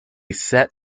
set